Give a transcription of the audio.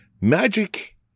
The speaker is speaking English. Magic